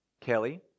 Kelly